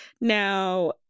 Now